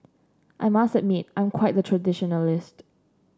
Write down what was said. I must admit I'm quite the traditionalist